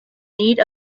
need